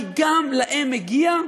כי גם להם מגיע,